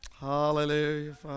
hallelujah